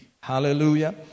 Hallelujah